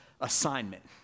assignment